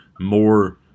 more